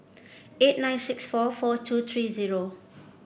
eight nine six four four two three zero